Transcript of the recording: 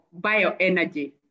bioenergy